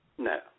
No